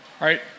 right